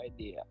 idea